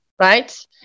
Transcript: right